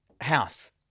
House